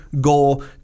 goal